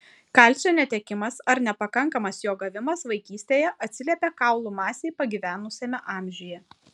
kalcio netekimas ar nepakankamas jo gavimas vaikystėje atsiliepia kaulų masei pagyvenusiame amžiuje